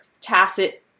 tacit